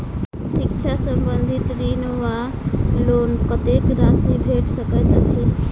शिक्षा संबंधित ऋण वा लोन कत्तेक राशि भेट सकैत अछि?